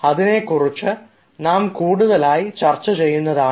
ഇതിനെക്കുറിച്ച് കൂടുതലായി ചർച്ച ചെയ്യുന്നതാണ്